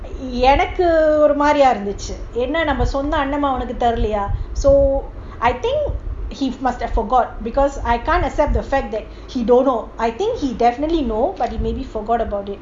எனக்குஒருமாதிரியாஇருந்துச்சுஎன்னதுஒருசொந்தஅண்ணனாஉனக்குதெரியலையா:enakku orumadhiria irunthuchu ennathu oru sondha annana unakku therialaya so I think he must have forgot because I can't accept the fact that he don't know I think he definitely know but he maybe forgot about it